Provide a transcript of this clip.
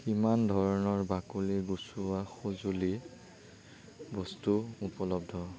কিমান ধৰণৰ বাকলি গুচোৱা সঁজুলি বস্তু উপলব্ধ